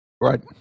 Right